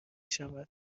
شود